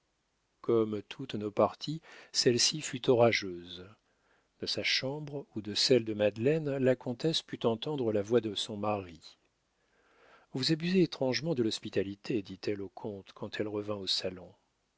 comme toutes nos parties celle-ci fut orageuse de sa chambre ou de celle de madeleine la comtesse put entendre la voix de son mari vous abusez étrangement de l'hospitalité dit-elle au comte quand elle revint au salon